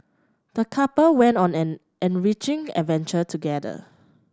the couple went on an enriching adventure together